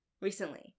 recently